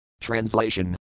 Translation